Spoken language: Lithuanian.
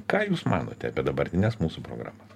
ką jūs manote apie dabartines mūsų programas